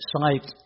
sight